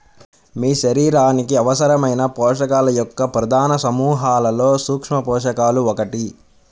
మీ శరీరానికి అవసరమైన పోషకాల యొక్క ప్రధాన సమూహాలలో సూక్ష్మపోషకాలు ఒకటి